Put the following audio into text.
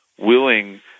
willing